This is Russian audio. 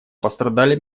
пострадали